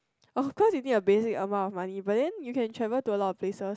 of course you need a basic amount of money but then you can travel to a lot of places